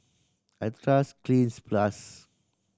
I trust Cleanz Plus